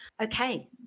okay